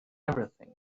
everything